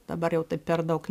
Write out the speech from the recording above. dabar jau taip per daug